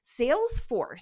salesforce